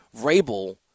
Vrabel